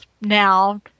now